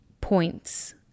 points